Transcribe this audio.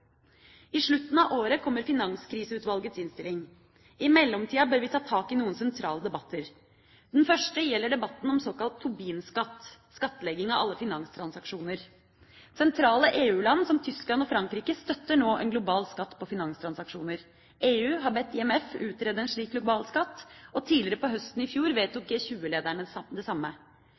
I slutten av året kommer Finanskriseutvalgets innstilling. I mellomtida bør vi ta tak i noen sentrale debatter. Den første gjelder debatten om såkalt Tobin-skatt, skattlegging av alle finanstransaksjoner. Sentrale EU-land som Tyskland og Frankrike støtter nå en global skatt på finanstransaksjoner. EU har bedt IMF utrede en slik globalskatt, og tidligere på høsten i fjor vedtok G20-lederne det samme.